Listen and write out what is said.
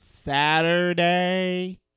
saturday